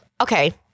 Okay